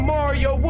Mario